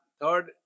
Third